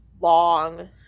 long